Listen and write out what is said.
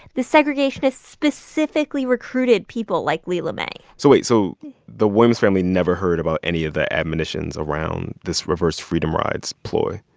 the segregationists specifically recruited people like lela mae so wait so the williams family never heard about any of the admonitions around this reverse freedom rides ploy?